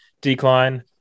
decline